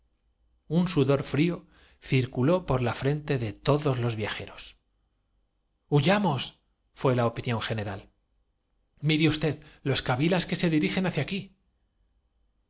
un sudor frío circuló por la frente de todos los via jeros huyamos fué la opinión general mire usted los kabilas que se dirigen hacia aquí